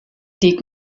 dyk